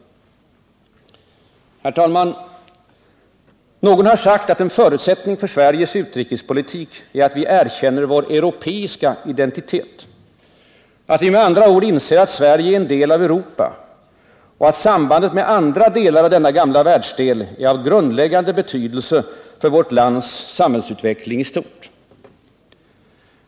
Herr talman! Någon har sagt att en förutsättning för Sveriges utrikespolitik är att vi erkänner vår europeiska identitet, att vi med andra ord inser att Sverige är en del av Europa och att sambandet med andra delar av denna gamla världsdel är av grundläggande betydelse för vårt lands samhällsutveckling i stort.